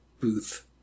Booth